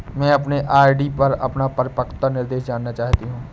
मैं अपने आर.डी पर अपना परिपक्वता निर्देश जानना चाहती हूँ